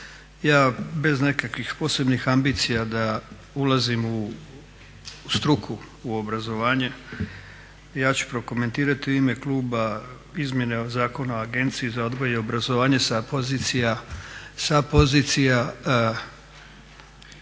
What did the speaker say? Ja bez nekakvih posebnih ambicija da ulazim u struku u obrazovanje ja ću prokomentirati u ime kluba izmjene Zakona o agenciji za odgoj i obrazovanje sa pozicija